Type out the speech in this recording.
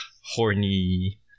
horny